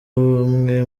amwe